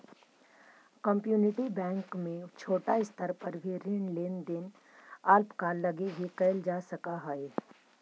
community bank में छोटा स्तर पर भी ऋण लेन देन अल्पकाल लगी भी कैल जा सकऽ हइ